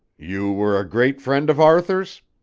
you were a great friend of arthur's?